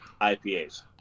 IPAs